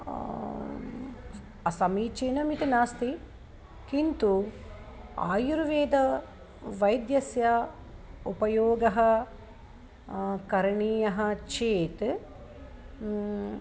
असमीचीनमिति नास्ति किन्तु आयुर्वेदवैद्यस्य उपयोगः करणीयः चेत्